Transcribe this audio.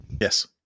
yes